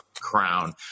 crown